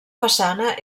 façana